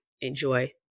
enjoy